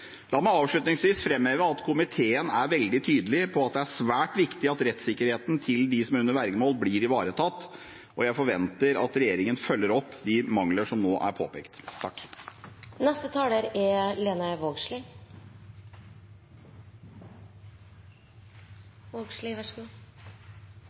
La meg avslutningsvis framheve at komiteen er veldig tydelig på at det er svært viktig at rettssikkerheten til dem som er under vergemål, blir ivaretatt. Jeg forventer at regjeringen følger opp de mangler som nå er påpekt. Eg er